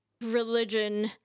religion